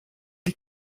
die